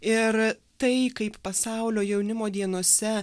ir tai kaip pasaulio jaunimo dienose